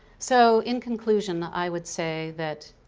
so in conclusion i would say that